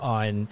on